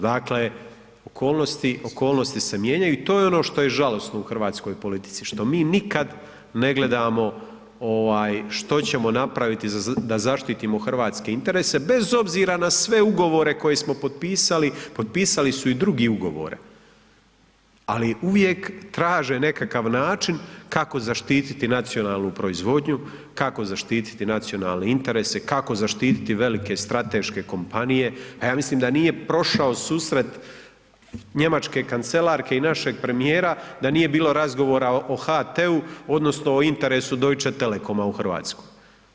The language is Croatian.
Dakle, okolnosti se mijenjaju i to je ono što je žalosno u hrvatskoj politici, što mi nikad ne gledamo ovaj što ćemo napraviti da zaštitimo hrvatske interese bez obzira na sve ugovore koje smo potpisali, potpisali su i drugi ugovore, ali uvijek traže nekakav način kako zaštiti nacionalnu proizvodnju, kako zaštititi nacionalne interese, kako zaštititi velike strateške kompanije, a ja mislim da nije prošao susret njemačke kancelarke i našeg premijera da nije bilo razgovora o HT-u odnosno o interesu Deutsche Telekoma u Hrvatskoj.